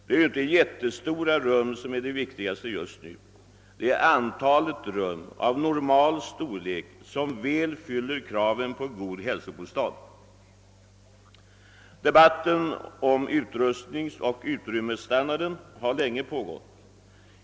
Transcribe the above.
Det är inte jättestora rum som är det viktigaste just nu, utan det viktigaste är antalet rum och rum av normal storlek som fyller kraven på en god hälsobostad. Debatten om utrustningsoch utrymmesstandarden har länge pågått.